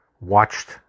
watched